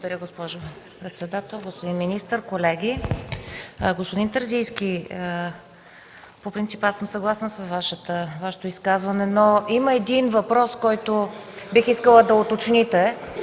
Благодаря, госпожо председател. Господин министър, колеги! Господин Терзийски, по принцип съм съгласна с изказването Ви, но има един въпрос, който бих искала да уточните.